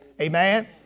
Amen